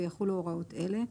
ויחולו הוראות אלה: